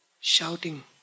shouting